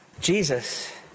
Jesus